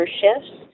shifts